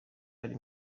uri